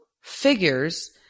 figures